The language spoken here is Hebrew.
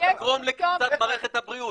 אתה תגרום לקריסת מערכת הבריאות.